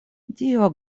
dio